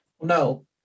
No